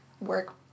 work